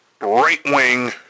right-wing